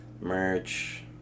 Merch